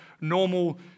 normal